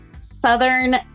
Southern